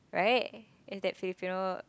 right and that Filipino